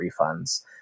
refunds